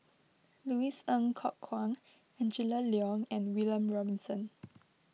Louis Ng Kok Kwang Angela Liong and William Robinson